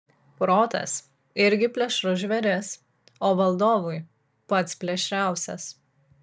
protas irgi plėšrus žvėris o valdovui pats plėšriausias